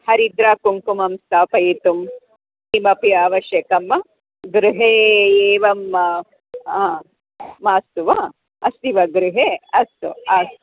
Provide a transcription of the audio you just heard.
हरिद्रा कुम्कुमं स्थापयितुं किमपि आवश्यकं वा गृहे एवं मास्तु वा अस्ति वा गृहे अस्तु अस्तु